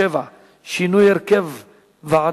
שישה בעד,